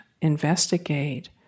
investigate